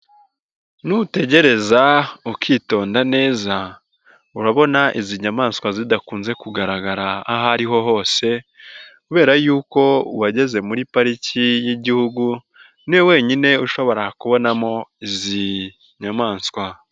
Nutegereza ukitonda neza, urabona izi nyamaswa zidakunze kugaragara aho ariho hose kubera y'uko uwageze muri pariki y'Igihugu niwe wenyine ushobora kubonamo izi nyamaswa.